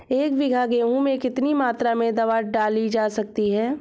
एक बीघा गेहूँ में कितनी मात्रा में दवा डाली जा सकती है?